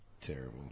terrible